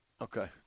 Okay